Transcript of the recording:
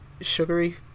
sugary